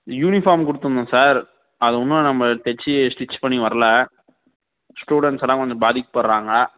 uniform கொடுத்துருந்தோம் sir அது இன்னும் நம்ம தைச்சி ஸ்டிச் பண்ணி வரல ஸ்டூடெண்ட்ஸெல்லாம் கொஞ்சம் பாதிக்கப்படுறாங்க